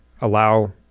allow